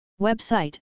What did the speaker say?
Website